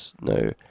no